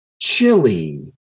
chili